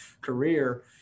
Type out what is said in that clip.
career